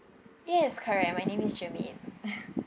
yes correct my name is germaine